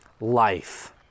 life